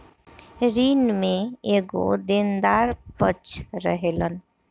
ऋण में एगो देनदार पक्ष रहेलन